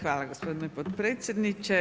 Hvala gospodine potpredsjedniče.